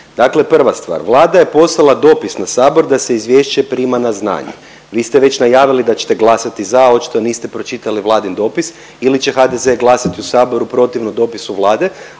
Dakle, prva stvar. Vlada je poslala dopis na Sabor da se izvješće prima na znanje. Vi ste već najavili da ćete glasati za. Očito niste pročitali vladin dopis ili će HDZ glasati u Saboru protivno dopisu Vlade,